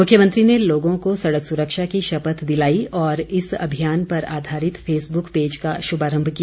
मुख्यमंत्री ने लोगों को सड़क सुरक्षा की शपथ दिलाई और इस अभियान पर आधारित फेसबुक पेज का शुभारम्भ किया